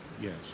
Yes